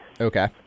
Okay